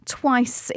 twice